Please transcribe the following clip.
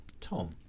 Tom